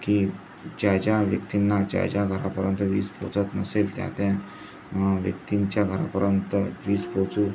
की ज्या ज्या व्यक्तींना ज्या ज्या घरापर्यंत वीज पोचत नसेल त्या त्या व्यक्तींच्या घरापर्यंत वीज पोचू